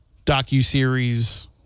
Docu-series